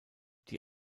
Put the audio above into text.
die